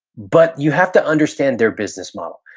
but you have to understand their business model.